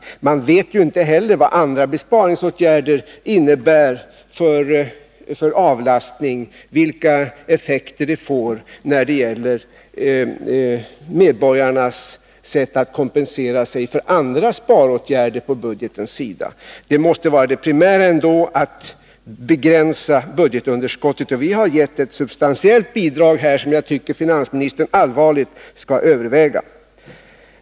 Vidare vet man inte vad andra besparingsåtgärder innebär i fråga om avlastning, vilka effekter de får med tanke på hur medborgarna kompenserar sig för andra sparåtgärder på budgetsidan. Det primära måste ändå vara att budgetunderskottet begränsas. Vi har gett ett substantiellt bidrag här som jag tycker att finansministern allvarligt skall överväga.